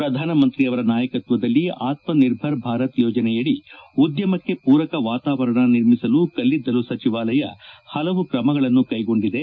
ಪ್ರಧಾನಮಂತ್ರಿ ಅವರ ನಾಯಕತ್ವದಲ್ಲಿ ಆತ್ಮನಿರ್ಭರ ಭಾರತ ಯೋಜನೆಯಡಿ ಉದ್ಯಮಕ್ಕೆ ಪೂರಕ ವಾತಾವರಣ ನಿರ್ಮಿಸಲು ಕಲ್ಡಿದ್ದಲು ಸಚಿವಾಲಯ ಹಲವು ಕ್ರಮಗಳನ್ನು ಕೈಗೊಂಡಿದೆ